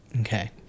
Okay